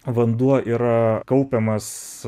vanduo yra kaupiamas